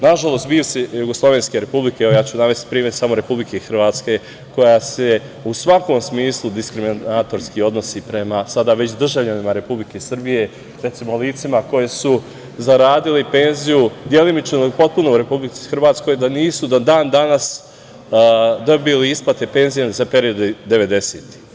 Nažalost, bivše jugoslovenske republike, ja ću navesti primer samo Republike Hrvatske, koja se u svakom smislu diskriminatorski odnosi prema sada već državljanima Republike Srbije, recimo, licima koja su zaradila penziju delimično ili potpuno u Republici Hrvatskoj, da nisu do dan-danas dobili isplate penzija za period 90-ih.